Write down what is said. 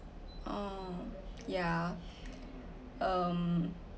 uh yeah um